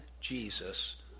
Jesus